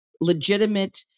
legitimate